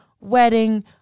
wedding